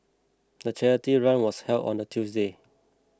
the charity run was held on the Tuesday